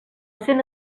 cent